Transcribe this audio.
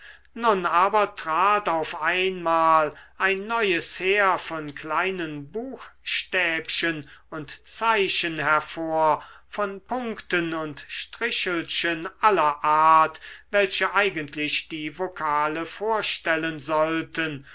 nun aber trat auf einmal ein neues heer von kleinen buchstäbchen und zeichen hervor von punkten und strichelchen aller art welche eigentlich die vokale vorstellen sollten